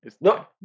No